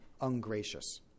Ungracious